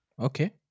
Okay